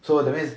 so that means